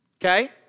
Okay